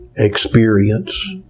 experience